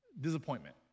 disappointment